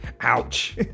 ouch